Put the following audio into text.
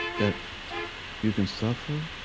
that you can suffer